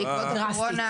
בעקבות הקורונה,